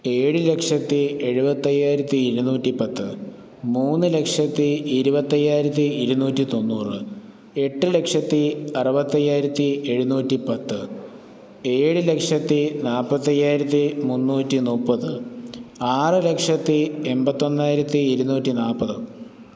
ഏഴുലക്ഷത്തി എഴുപത്തയ്യായിരത്തി ഇരുന്നൂറ്റി പത്ത് മൂന്ന് ലക്ഷത്തി ഇരുപത്തയ്യായിരത്തി ഇരുന്നൂറ്റി തൊണ്ണൂറ് എട്ട് ലക്ഷത്തി അറുപത്തയ്യായിരത്തി എഴുന്നൂറ്റിപ്പത്ത് ഏഴ് ലക്ഷത്തി നാൽപ്പത്തയ്യായിരത്തി മുന്നൂറ്റി മുപ്പത് ആറ് ലക്ഷത്തി എൺപത്തൊന്നായിരത്തി ഇരുന്നൂറ്റി നാൽപ്പത്